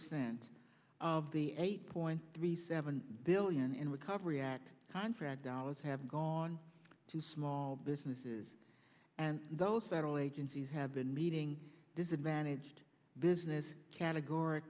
percent of the eight point three seven billion in recovery act contract dollars have gone to small businesses and those federal agencies have been meeting disadvantaged business categor